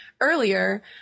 earlier